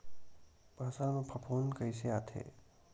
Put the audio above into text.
फसल मा फफूंद कइसे आथे?